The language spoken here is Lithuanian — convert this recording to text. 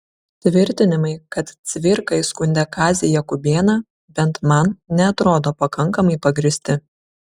tvirtinimai kad cvirka įskundė kazį jakubėną bent man neatrodo pakankamai pagrįsti